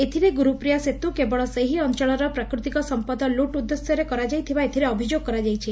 ଏଥିରେ ଗୁରୁପ୍ରିୟା ସେତୁ କେବଳ ସେହି ଅଂଚଳର ପ୍ରାକୃତିକ ସମ୍ମଦ ଲୁଟ ଉଦ୍ଦେଶ୍ୟରେ କରାଯାଇଥିବା ଏଥିରେ ଅଭିଯୋଗ କରାଯାଇଛି